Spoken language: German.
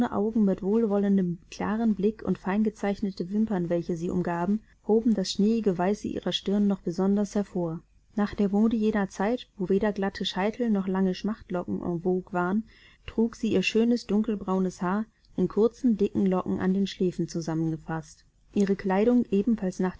augen mit wohlwollendem klarem blick und fein gezeichnete wimpern welche sie umgaben hoben die schneeige weiße ihrer stirn noch besonders hervor nach der mode jener zeit wo weder glatte scheitel noch lange schmachtlocken en vogue waren trug sie ihr schönes dunkelbraunes haar in kurzen dicken locken an den schläfen zusammengefaßt ihre kleidung